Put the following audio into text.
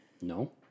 No